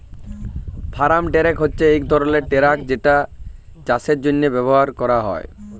farm truck হছে ইক ধরলের টেরাক যেট চাষের জ্যনহে ব্যাভার ক্যরা হয়